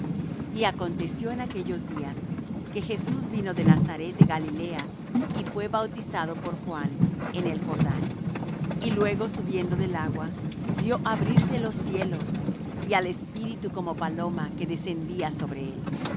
y aconteció en aquellos días que jesús vino de nazaret de galilea y fué bautizado por juan en el jordán y luego subiendo del agua vió abrirse los cielos y al espíritu como paloma que descendía sobre él